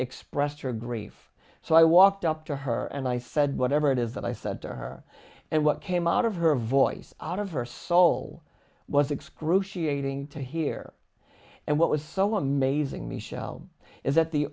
expressed her grief so i walked up to her and i said whatever it is that i said to her and what came out of her voice out of her soul was excruciating to hear and what was so amazing me show is that the